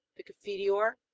the confiteor,